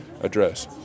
address